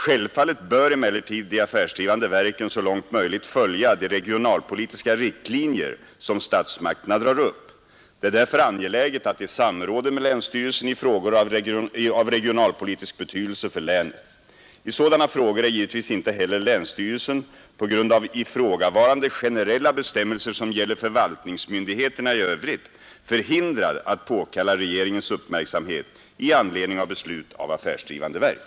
Självfallet bör emellertid de affärsdrivande verken så långt möjligt följa de regionalpolitiska riktlinjer som statsmakterna drar upp. Det är därför angeläget att de samråder med länsstyrelsen i frågor av regionalpolitisk betydelse för länet. I sådana frågor är givetvis inte heller länsstyrelsen på grund av ifrågavarande generella bestämmelser som gäller förvaltningsmyndigheterna i övrigt förhindrad att påkalla regeringens uppmärksamhet i anledning av beslut av affärsdrivande verk.